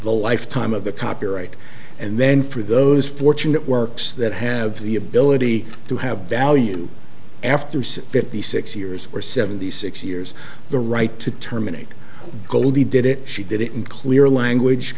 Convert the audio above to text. lifetime of the copyright and then for those fortunate works that have the ability to have value after fifty six years or seventy six years the right to terminate goldie did it she did it in clear language